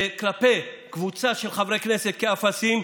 כלפי קבוצה של חברי כנסת, כאפסים.